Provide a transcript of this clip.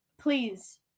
please